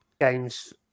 games